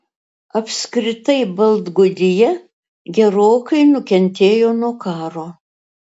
apskritai baltgudija gerokai nukentėjo nuo karo